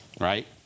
right